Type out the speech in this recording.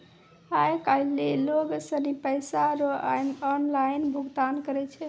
आय काइल लोग सनी पैसा रो ऑनलाइन भुगतान करै छै